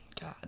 God